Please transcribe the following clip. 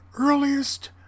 earliest